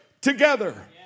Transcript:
together